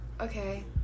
okay